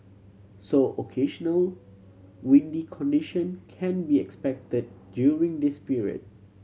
so occasional windy condition can be expected during this period